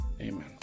Amen